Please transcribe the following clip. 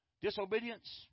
Disobedience